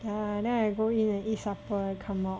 yeah then I go in and eat supper come out